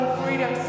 freedom